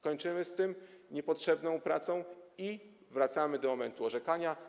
Kończymy z tą niepotrzebną pracą i wracamy do momentu orzekania.